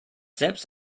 selbst